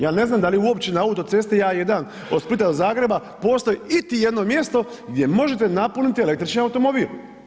Ja ne znam da li uopće na autocesti A1 od Splita do Zagreba postoji iti jedno mjesto gdje možete napuniti električni automobil.